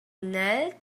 knelt